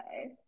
okay